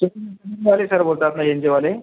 sir बोलता ना एन जी ओवाले